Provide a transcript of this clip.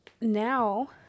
now